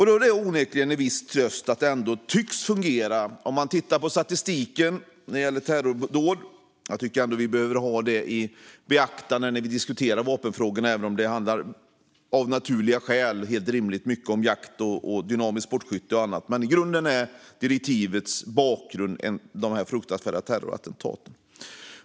Då är det onekligen en viss tröst att det tycks fungera. När vi diskuterar vapenfrågorna behöver vi ta statistiken gällande terrordåd i beaktande, även om det av naturliga skäl helt rimligt handlar mycket om jakt, dynamiskt sportskytte och annat. I grunden är direktivets bakgrund de här fruktansvärda terrorattentaten.